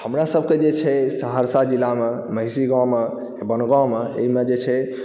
हमरासभकेँ जे छै सहरसा जिलामे महिषी गाँवमे वनगांँवमे एहिमे जे छै